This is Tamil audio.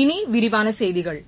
இனி விரிவான செய்திகள்